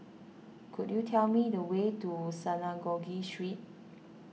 could you tell me the way to Synagogue Street